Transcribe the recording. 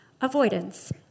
Avoidance